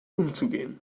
umzugehen